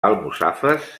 almussafes